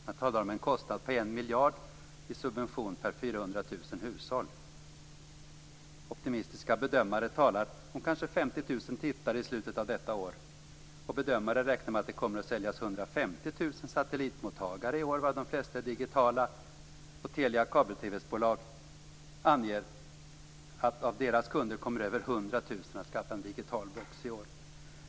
Man talar om en kostnad på 1 miljard i subvention per 400 000 hushåll. Optimistiska bedömare talar om kanske 50 000 tittare i slutet av detta år. Bedömare räknar med att det kommer att säljas 150 000 satellitmottagare i år, varav de flesta är digitala. Telias kabel-TV-bolag anger att av dess kunder kommer över 100 000 att skaffa en digital box i år. Fru talman!